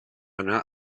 anar